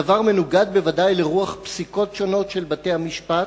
הדבר מנוגד בוודאי לרוח פסיקות שונות של בתי-המשפט,